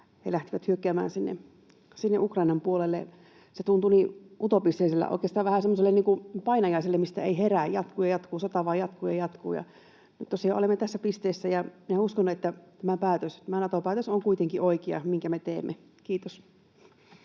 he lähtevät hyökkäämään sinne Ukrainan puolelle. Se tuntui niin utopistiselta, oikeastaan vähän semmoiselta niin kuin painajaiselta, mistä ei herää — sota vain jatkuu ja jatkuu. Nyt tosiaan olemme tässä pisteessä, ja minä uskon, että tämä Nato-päätös on kuitenkin oikea, minkä me teemme. — Kiitos.